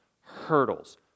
hurdles